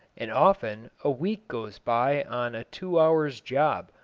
and often a week goes by on a two hours' job,